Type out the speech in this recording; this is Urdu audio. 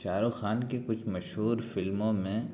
شاہ رخ خان کی کچھ مشہور فلموں میں